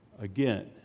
Again